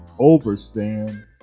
overstand